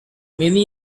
many